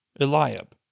Eliab